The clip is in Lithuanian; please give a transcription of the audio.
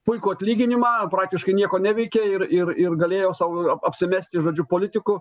puikų atlyginimą praktiškai nieko neveikia ir ir ir galėjo sau apsimesti žodžiu politiku